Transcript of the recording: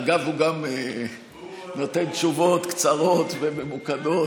אגב, הוא גם נותן תשובות קצרות וממוקדות.